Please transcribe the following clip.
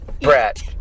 Brett